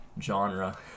Genre